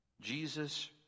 Jesus